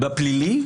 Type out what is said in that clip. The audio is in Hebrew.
בפלילי?